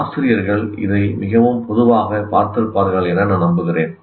ஆசிரியர்கள் இதை மிகவும் பொதுவாக பார்த்திருப்பார்கள் என நான் நம்புகிறேன்